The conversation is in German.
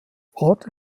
orte